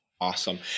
Awesome